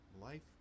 life